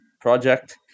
project